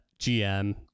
GM